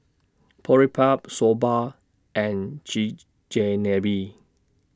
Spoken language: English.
Boribap Soba and Chigenabe